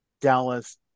Dallas